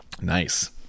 Nice